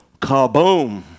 kaboom